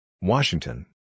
Washington